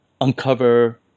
uncover